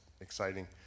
exciting